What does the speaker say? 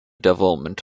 development